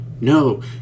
No